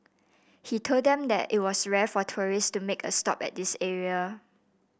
he told them that it was rare for tourist to make a stop at this area